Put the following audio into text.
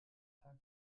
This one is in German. tag